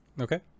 Okay